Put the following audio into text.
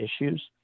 issues